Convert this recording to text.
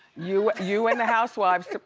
you you and the housewives took the,